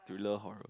do you love horror